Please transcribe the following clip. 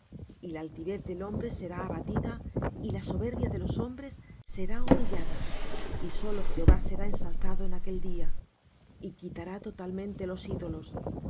y la altivez del hombre será abatida y la soberbia de los hombres será humillada y solo jehová será ensalzado en aquel día y quitará totalmente los ídolos